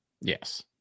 Yes